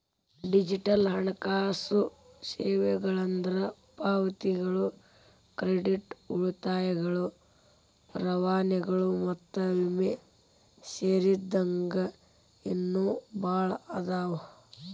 digital ಹಣಕಾಸು ಸೇವೆಗಳಂದ್ರ ಪಾವತಿಗಳು ಕ್ರೆಡಿಟ್ ಉಳಿತಾಯಗಳು ರವಾನೆಗಳು ಮತ್ತ ವಿಮೆ ಸೇರಿದಂಗ ಇನ್ನೂ ಭಾಳ್ ಅದಾವ